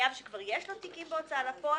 שחייב שכבר יש לו תיקים בהוצאה לפועל,